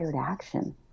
action